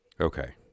Okay